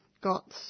got